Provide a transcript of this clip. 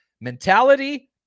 mentality